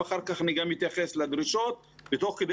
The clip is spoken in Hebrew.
ואחר כך אני אתייחס לדרישות ותוך כדי